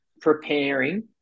preparing